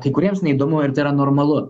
tai kuriems neįdomu ir tai yra normalu